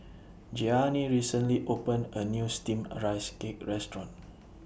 Gianni recently opened A New Steamed Rice Cake Restaurant